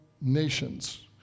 nations